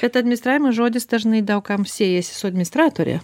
bet administravimas žodis dažnai daug kam siejasi su administratore